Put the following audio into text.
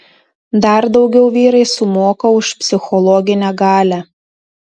dar daugiau vyrai sumoka už psichologinę galią